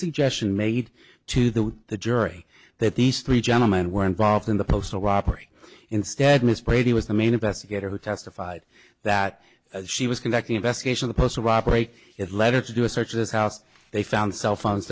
suggestion made to the the jury that these three gentlemen were involved in the postal robbery instead ms brady was the main investigator who testified that she was conducting investigation the purser operate it letter to do a search this house they found cell phones